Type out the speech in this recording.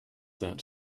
that